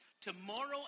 Tomorrow